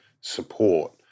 support